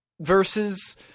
versus